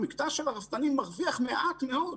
המקטע של הרפתנים מרוויח מעט מאוד.